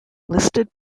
listed